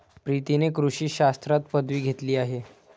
प्रीतीने कृषी शास्त्रात पदवी घेतली आहे